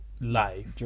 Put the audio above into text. life